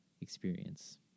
experience